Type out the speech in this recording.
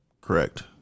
Correct